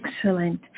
Excellent